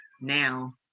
now